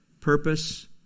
purpose